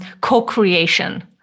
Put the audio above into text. co-creation